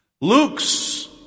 Luke's